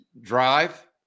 drive